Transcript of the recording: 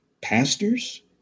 pastors